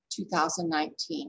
2019